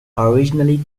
originally